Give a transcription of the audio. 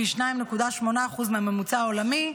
פי 2.8 מהממוצע העולמי,